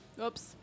Oops